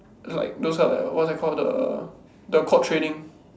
like those like what's that called the the quad training